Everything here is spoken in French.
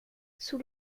sous